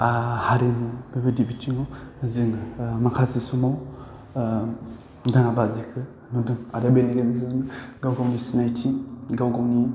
आह हारिमु बेबायदि बिथिङाव जों माखासे समाव दाङा बाजि बेखौ नुदों आरो बेनि गेजेरजोंनो गाव गावनि सिनायथि गाव गावनि